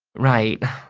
right,